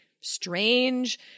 strange